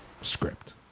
script